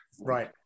Right